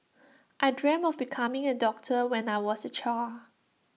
I dreamt of becoming A doctor when I was A child